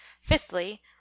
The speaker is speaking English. Fifthly